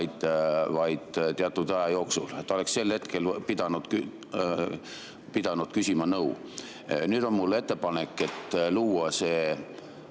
vaid teatud aja jooksul. Ta oleks sel hetkel pidanud küsima nõu. Nüüd on mul ettepanek luua tava